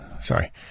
sorry